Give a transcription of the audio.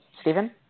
Stephen